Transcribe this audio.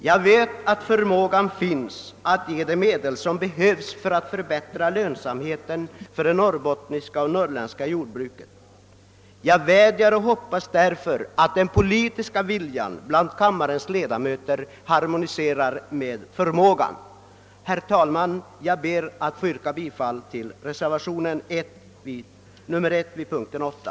Jag vet att förmåga finns att ge de medel som behövs för att förbättra lönsamheten för det norrländska och särskilt det norrbottniska jordbruket. Jag hoppas därför att den politiska viljan bland kammarens ledamöter harmoniserar med förmågan. Herr talman! Jag ber att få yrka bifall till reservationen 1 vid punkten 8.